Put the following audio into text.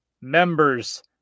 members